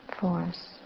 force